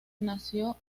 nació